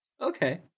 Okay